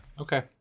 Okay